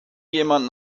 jemand